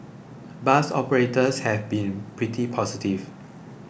bus operators have been pretty positive